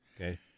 Okay